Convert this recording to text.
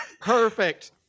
Perfect